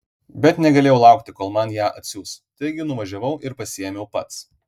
bet negalėjau laukti kol man ją atsiųs taigi nuvažiavau ir pasiėmiau pats